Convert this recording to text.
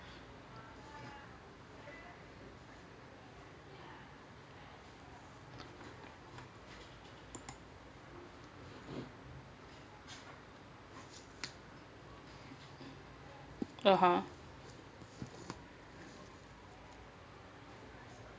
(uh huh)